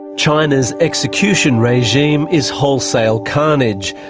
china's execution regime is wholesale carnage.